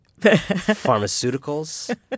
pharmaceuticals